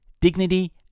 dignity